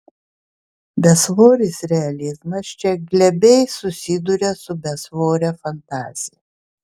besvoris realizmas čia glebiai susiduria su besvore fantazija